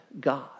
God